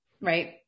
right